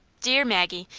dear maggie,